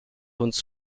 uns